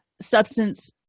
substance